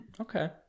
okay